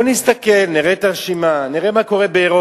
בוא נסתכל, נראה את הרשימה, נראה מה קורה באירופה.